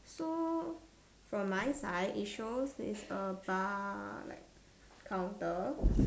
so from my side it shows is a bar like counter